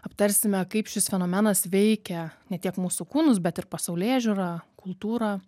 aptarsime kaip šis fenomenas veikia ne tiek mūsų kūnus bet ir pasaulėžiūrą kultūrą